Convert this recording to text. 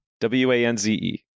W-A-N-Z-E